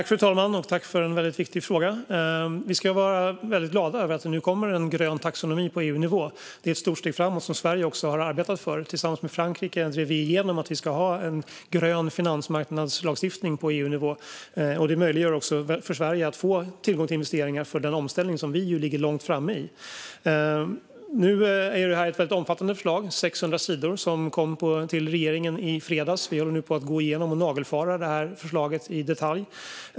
Fru talman! Tack, Peter Helander, för en viktig fråga! Vi ska vara glada över att det nu kommer en grön taxonomi på EU-nivå. Det är ett stort steg framåt som Sverige också har arbetat för. Tillsammans med Frankrike drev vi igenom en grön finansmarknadslagstiftning på EU-nivå, och det gör det möjligt för Sverige att få tillgång till investeringar för den omställning som vi ligger långt framme i. Nu är det här ett omfattande förslag på 600 sidor, som kom till regeringen i fredags. Vi håller nu på att gå igenom och nagelfara förslaget i detalj.